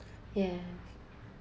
yes